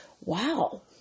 wow